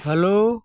hello